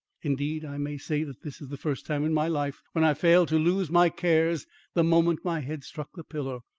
indeed, i may say that this is the first time in my life when i failed to lose my cares the moment my head struck the pillow.